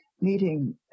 meeting